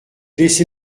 laissé